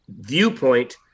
viewpoint